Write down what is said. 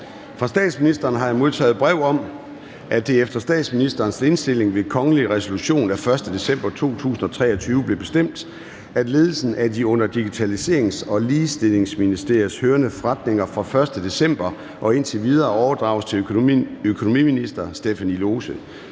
Fra statsministeren har jeg modtaget brev om, at det efter statsministerens indstilling ved kongelig resolution af 1. december 2023 blev bestemt, at ledelsen af de under Digitaliserings- og Ligestillingsministeriet hørende forretninger fra 1. december og indtil videre overdrages til økonomiminister Stephanie Lose.